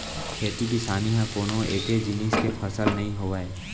खेती किसानी ह कोनो एके जिनिस के फसल नइ होवय